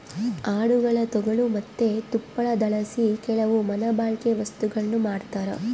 ಆಡುಗುಳ ತೊಗಲು ಮತ್ತೆ ತುಪ್ಪಳದಲಾಸಿ ಕೆಲವು ಮನೆಬಳ್ಕೆ ವಸ್ತುಗುಳ್ನ ಮಾಡ್ತರ